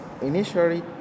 initially